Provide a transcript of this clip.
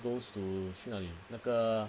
those who 去哪里那个